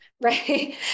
Right